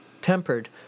tempered